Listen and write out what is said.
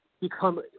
become